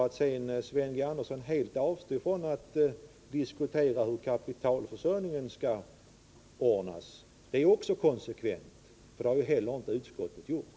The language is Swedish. Att Sven Andersson helt avstod från att diskutera hur kapitalförsörjningen skall ordnas är också konsekvent, för det har heller inte utskottet gjort.